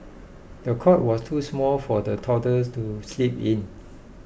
the cot was too small for the toddler to sleep in